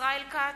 ישראל כץ,